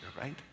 right